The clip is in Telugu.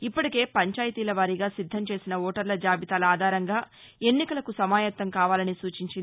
ఇప్పటీకే పంచాయతీల వారీగా సిద్దం చేసిన ఓటర్ల జాబితాల ఆధారంగా ఎన్నికలకు సమాయత్తం కావాలని సూచించింది